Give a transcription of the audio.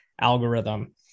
algorithm